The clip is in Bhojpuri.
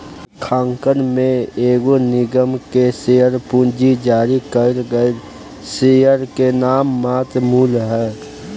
लेखांकन में एगो निगम के शेयर पूंजी जारी कईल गईल शेयर के नाममात्र मूल्य ह